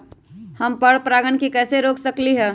हम पर परागण के कैसे रोक सकली ह?